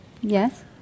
Yes